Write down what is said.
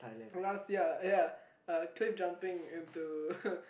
last year ah ya uh cliff jumping into